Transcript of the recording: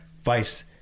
Vice